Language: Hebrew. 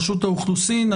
רשות האוכלוסין,